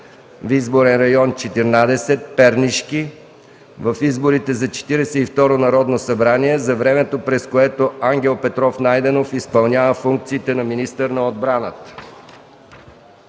в изборен район 14. Пернишки в изборите за Четиридесет и второ Народно събрание, за времето, през което Ангел Петров Найденов изпълнява функциите на министър на отбраната.